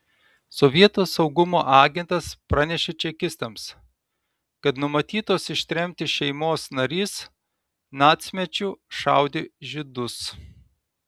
sovietų saugumo agentas pranešė čekistams kad numatytos ištremti šeimos narys nacmečiu šaudė žydus